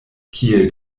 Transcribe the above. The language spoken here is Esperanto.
kiel